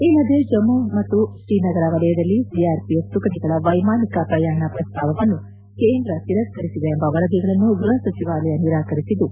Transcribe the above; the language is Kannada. ಈ ಮಧ್ಯೆ ಜಮ್ಮು ಮತ್ತು ಶ್ರೀನಗರ ವಲಯದಲ್ಲಿ ಸಿಆರ್ಪಿಎಫ್ ತುಕಡಿಗಳ ವೈಮಾನಿಕ ಪ್ರಯಾಣ ಪ್ರಸ್ತಾವವನ್ನು ಕೇಂದ್ರ ತಿರಸ್ಥರಿಸಿದೆ ಎಂಬ ವರದಿಗಳನ್ನು ಗ್ಬಪ ಸಚಿವಾಲಯ ನಿರಾಕರಿಸಿದ್ದು